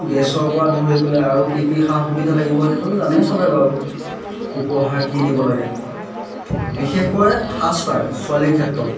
গেছৰপৰা ধৰি পেলাই আৰু কি কি সা সুবিধা লাগিব সেইটোও জানেই চবে বাৰু উপহাৰ কি দিব লাগে বিশেষকৈ সাজপাৰ ছোৱালীৰ ক্ষেত্ৰত